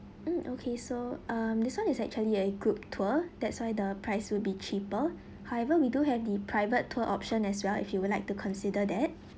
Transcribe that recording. mm okay so um this one is actually a group tour that's why the price will be cheaper however we do have the private tour option as well if you would like to consider that